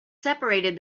separated